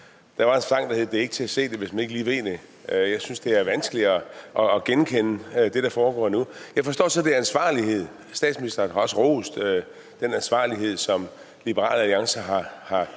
Der var en sang, hvor det lød således: »Det er ikke til at se det, hvis man ikke lige ved det«. Jeg synes, det er vanskeligt at genkende det, der foregår nu. Jeg forstår så, at det er ansvarlighed. Statsministeren har også rost den ansvarlighed, som Liberal Alliance har vist,